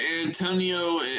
Antonio